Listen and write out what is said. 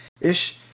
ish